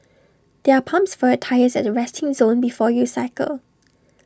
there are pumps for your tyres at the resting zone before you cycle